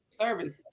service